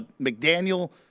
McDaniel